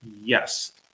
Yes